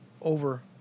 over